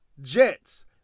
Jets